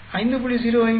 452 5